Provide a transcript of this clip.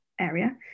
area